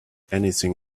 anything